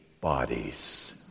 bodies